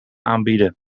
aanbieden